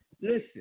Listen